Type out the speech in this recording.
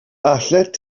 allet